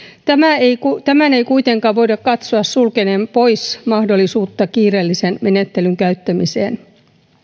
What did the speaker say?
tämän ei kuitenkaan voida katsoa sulkeneen pois mahdollisuutta kiireellisen menettelyn käyttämiseen